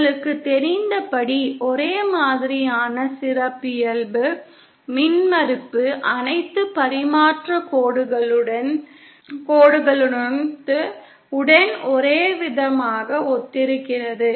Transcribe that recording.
உங்களுக்குத் தெரிந்தபடி ஒரே மாதிரியான சிறப்பியல்பு மின்மறுப்பு அனைத்து பரிமாற்றக் கோடுகளுடனும் உடன் ஒரேவிதமாக ஒத்திருக்கிறது